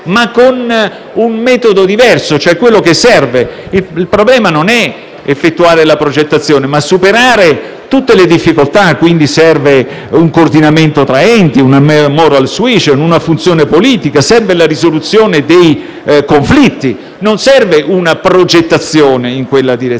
ma con un metodo diverso, che è quello che serve. Il problema non è quello di effettuare la progettazione, ma di superare tutte le difficoltà. Servono pertanto un coordinamento tra enti, una *moral suasion*, una funzione politica e la risoluzione dei conflitti. Non serve una progettazione in quella direzione.